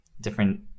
different